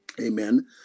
Amen